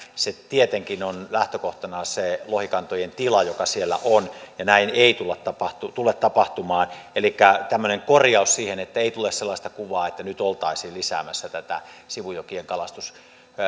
tietenkin on lähtökohtana se lohikantojen tila joka siellä on ja näin ei tule tapahtumaan elikkä tämmöinen korjaus siihen että ei tule sellaista kuvaa että nyt oltaisiin lisäämässä tätä sivujokien